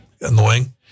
annoying